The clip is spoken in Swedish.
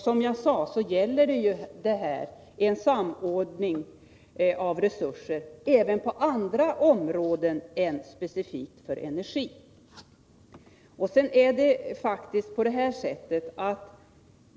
Som jag nyss sade gäller ju detta en samordning av resurser även på andra områden än specifikt energiområdet.